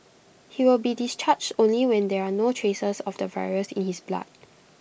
he will be discharged only when there are no traces of the virus in his blood